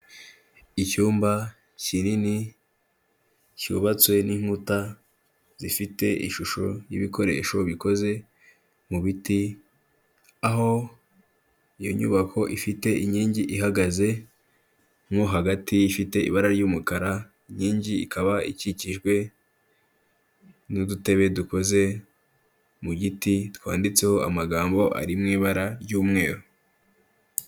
Icyumba kinini cyubatswe n'inkuta zifite ishusho y'ibikoresho bikoze mu biti, aho iyo nyubako ifite inkingi ihagaze mo hagati ifite ibara ry'umukara, inkingi ikaba ikikijwe n'udutebe dukoze mu giti twanditseho amagambo ari mu ibara ry'umweru.